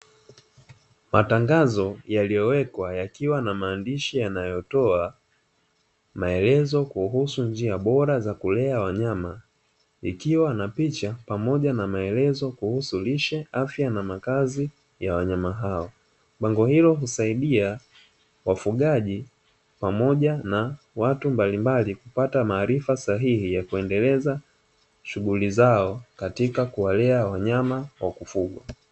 Matangazo yaliyowekwa yakiwa na maandishi yanayotoa maelezo, kuhusu njia bora za kulea wanyama, ikiwa na picha pamoja na maelezo kuhusu; lishe, afya na makazi ya wanyama hao, bango hilo husaidia wafugaji, pamoja na watu mbalimbali, kupata maarifa sahihi ya kuendeleza shughuli zao katika kuwalea wanyama wa kufugwa.